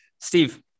Steve